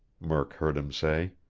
murk heard him say.